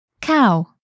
Cow